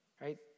right